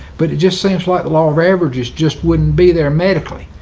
but it just seems like law of averages just wouldn't be there medically.